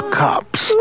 cops